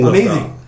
Amazing